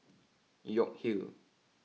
York Hill